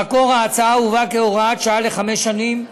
במקור ההצעה הובאה כהוראת שעה לחמש שנים.